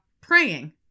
praying